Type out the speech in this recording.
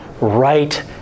right